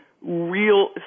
real